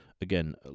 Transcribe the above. Again